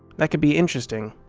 that could be interesting.